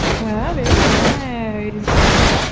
wow, very nice.